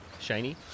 Shiny